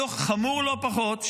חמור לא פחות,